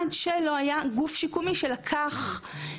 כל זה עד לרגע בו הגיע גוף שיקומי שלקח לידיו